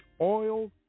oil